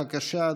בבקשה,